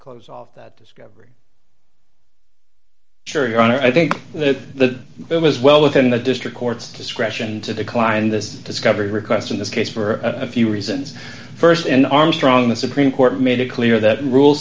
clothes off discovery sure your honor i think that the bill is well within the district court's discretion to decline this discovery request in this case for a few reasons st in armstrong the supreme court made it clear that rule